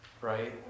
right